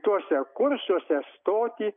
tuose kursuose stoti